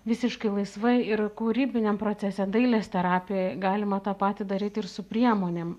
visiškai laisvai ir kūrybiniam procese dailės terapijoj galima tą patį daryti ir su priemonėm